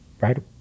Right